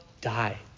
die